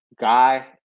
guy